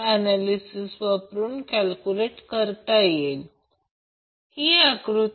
तर हे कनेक्शन मी मुद्दाम दिले आहे फक्त स्वत विचार करा की जर थ्री वॅट मीटर असेल तर हे वॅटमीटर मूलत 0 असेल